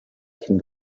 can